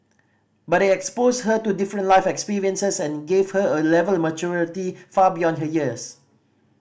but it exposed her to different life experiences and gave her a level of maturity far beyond her years